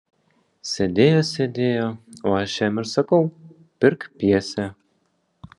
sėdėjo sėdėjo o aš jam ir sakau pirk pjesę